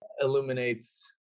illuminates